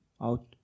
out